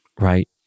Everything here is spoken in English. right